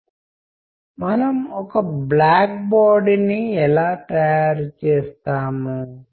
ప్రస్తుతం షూలో ఉన్న మంచును చూసినప్పుడు అది పిచ్చుకల గూడులాగా వదిలివేయబడింది